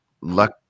luck